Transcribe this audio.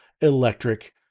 electric